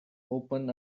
open